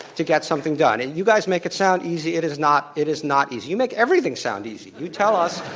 to get something done, and you guys make it sound easy, it is not, it is not easy, you make everything sound easy, you tell us